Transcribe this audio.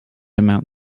amount